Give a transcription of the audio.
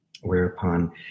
whereupon